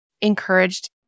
encouraged